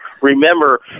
Remember